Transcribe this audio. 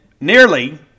nearly